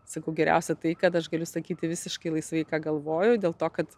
sakau geriausia tai kad aš galiu sakyti visiškai laisvai ką galvoju dėl to kad